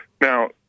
Now